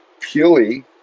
purely